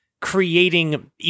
creating